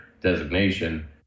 designation